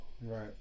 Right